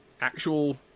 actual